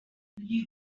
you